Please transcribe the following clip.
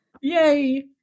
Yay